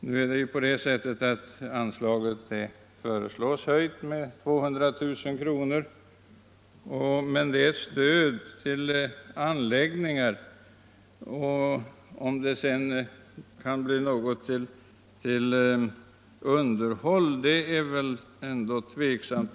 Nu föreslås ju anslaget höjt med 200 000 kr., men det gäller stöd till anläggningar, och om det sedan kan bli något kvar till underhåll är ändå tveksamt.